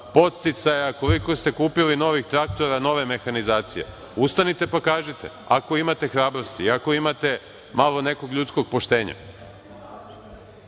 podsticaja i koliko ste kupili traktora i nove mehanizacije? Ustanite, pa kažite ako imate hrabrosti, ako imate malo nekog ljudskog poštenja.